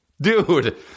Dude